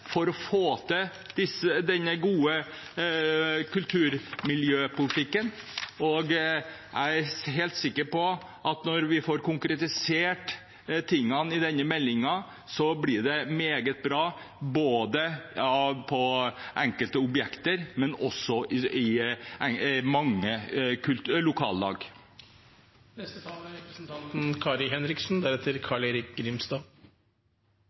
for å få til den gode kulturmiljøpolitikken. Jeg er helt sikker på at når det som står i meldingen, blir konkretisert, så blir det meget bra, både når det gjelder enkelte objekter, og når det gjelder mange lokallag. Arbeiderpartiet mener bevaringsprogrammene er